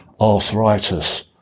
arthritis